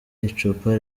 icupa